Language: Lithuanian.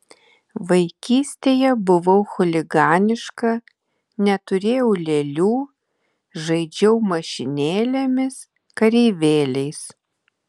vaikystėje buvau chuliganiška neturėjau lėlių žaidžiau mašinėlėmis kareivėliais